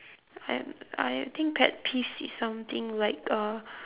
um I think pet peeves is something like uh